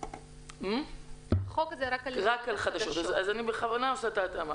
הוא רק על חדשות אז אני בכוונה עושה את ההתאמה: